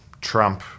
Trump